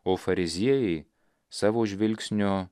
o fariziejai savo žvilgsnio